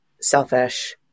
selfish